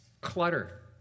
Clutter